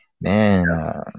man